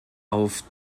auf